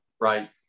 right